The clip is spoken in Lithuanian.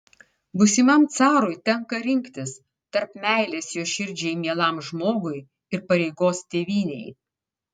būsimam carui tenka rinktis tarp meilės jo širdžiai mielam žmogui ir pareigos tėvynei